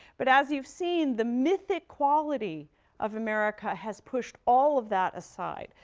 but, as you've seen, the mythic quality of america has pushed all of that aside.